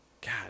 God